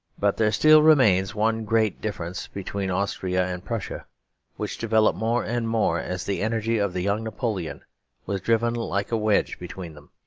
but there still remains one great difference between austria and prussia which developed more and more as the energy of the young napoleon was driven like a wedge between them.